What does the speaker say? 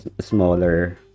smaller